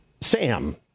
Sam